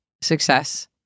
success